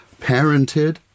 parented